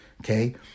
Okay